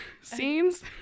scenes